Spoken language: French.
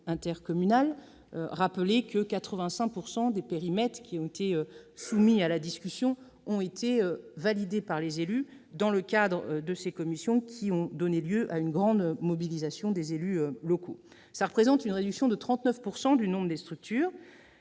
rappelle que 85 % des périmètres soumis à la discussion ont été validés par les élus dans le cadre de ces commissions, qui ont donné lieu à une grande mobilisation des élus. Cela représente une réduction de 39 % du nombre des structures.